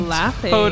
laughing